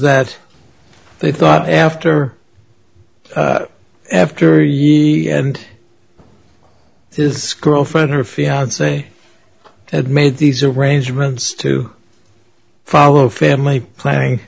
that they thought after after ye and this girlfriend her fiance had made these arrangements to follow family planning